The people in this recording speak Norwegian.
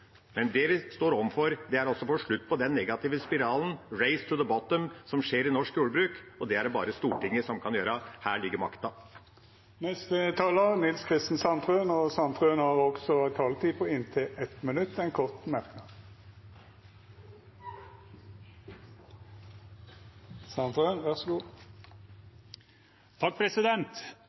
Men det vi står overfor, er å få slutt på den negative spiralen, «race to the bottom», som skjer i norsk jordbruk. Og det er det bare Stortinget som kan gjøre. Her ligger makta. Representanten Nils Kristen Sandtrøen har hatt ordet to gonger tidlegare og får ordet til ein kort merknad, avgrensa til 1 minutt.